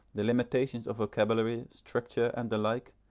the limitations of vocabulary, structure, and the like,